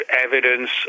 evidence